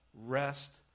rest